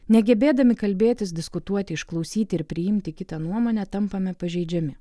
negebėdami kalbėtis diskutuoti išklausyti ir priimti kitą nuomonę tampame pažeidžiami